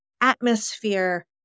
atmosphere